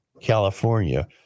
California